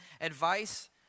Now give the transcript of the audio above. advice